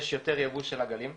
יש יותר ייבוא של עגלים,